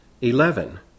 Eleven